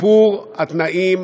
שיפור התנאים